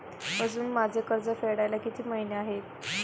अजुन माझे कर्ज फेडायला किती महिने आहेत?